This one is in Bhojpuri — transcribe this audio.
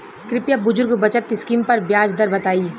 कृपया बुजुर्ग बचत स्किम पर ब्याज दर बताई